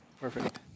Perfect